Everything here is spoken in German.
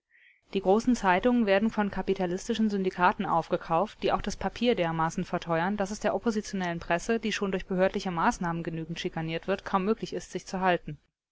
die großen zeitungen werden von kapitalistischen syndikaten aufgekauft die auch das papier dermaßen verteuern daß es der oppositionellen presse die schon durch behördliche maßnahmen genügend schikaniert wird kaum möglich ist sich zu halten